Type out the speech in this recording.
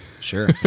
Sure